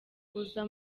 uza